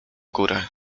górę